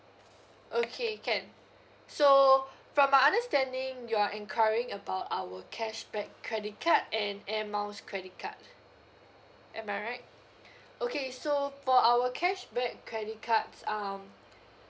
okay can so from my understanding you are inquiring about our cashback credit card and air miles credit card am I right okay so for our cashback credit cards um